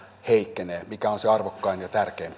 heikkenee vaikka se on se arvokkain ja tärkein